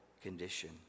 condition